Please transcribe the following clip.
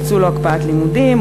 פיצול או הקפאת לימודים,